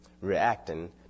reacting